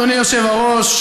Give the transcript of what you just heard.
אדוני היושב-ראש,